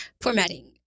formatting